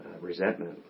resentment